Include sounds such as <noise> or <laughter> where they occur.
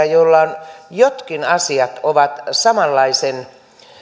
<unintelligible> joilla jotkin asiat ovat samanlaisen